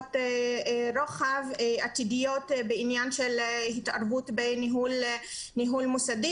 השלכות רוחב עתידיות בעניין של התערבות בניהול מוסדי,